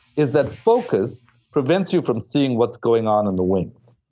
is that focus prevents you from seeing what's going on in the wings.